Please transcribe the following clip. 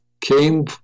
came